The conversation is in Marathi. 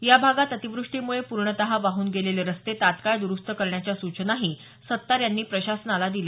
या भागात अतिवृष्टीमुळे पूर्णतः वाहून गेलेले रस्ते तत्काळ दुरुस्त करण्याच्या सूचना सत्तार यांनी प्रशासनाला केल्या